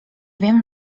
wiem